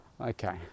Okay